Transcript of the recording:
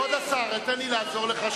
כבוד השר, תן לי לעזור לך.